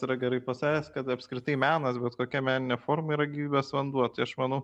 yra gerai pasakęs kad apskritai menas bet kokia meninė forma yra gyvybės vanduo tai aš manau